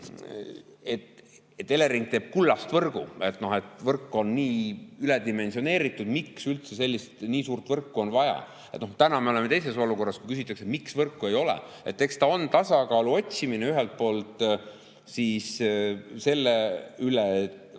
et Elering teeb kullast võrgu ja võrk on nii üledimensioneeritud ja miks üldse nii suurt võrku on vaja. Täna me oleme teises olukorras, küsitakse, miks võrku ei ole. Eks ta on tasakaalu otsimine: ühelt poolt see, milline on